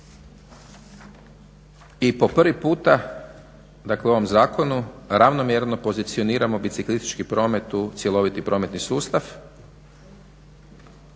I po prvi puta, dakle u ovom zakonu ravnomjerno pozicioniramo biciklistički promet u cjeloviti prometni sustav.